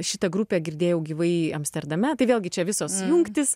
šita grupė girdėjau gyvai amsterdame tai vėlgi čia visos jungtys